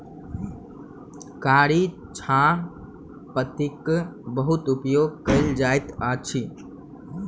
कारी चाह पत्तीक बहुत उपयोग कयल जाइत अछि